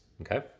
Okay